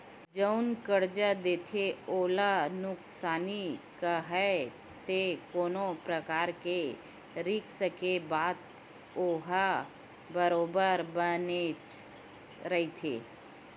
जउन करजा देथे ओला नुकसानी काहय ते कोनो परकार के रिस्क के बात होवय बरोबर बनेच रहिथे